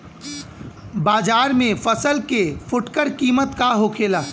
बाजार में फसल के फुटकर कीमत का होखेला?